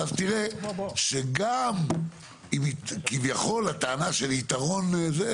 ואז תראה שגם אם כביכול הטענה של יתרון זה,